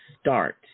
start